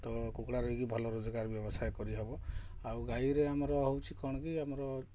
ତ କୁକୁଡ଼ା ରଖି ଭଲ ରୋଜଗାର ବ୍ୟବସାୟ କରି ହବ ଆଉ ଗାଈରେ ଆମର ହେଉଛି କ'ଣ କି ଆମର